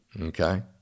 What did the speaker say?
Okay